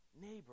neighbor